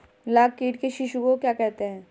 लाख कीट के शिशु को क्या कहते हैं?